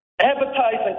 advertising